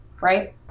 right